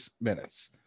minutes